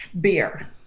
beer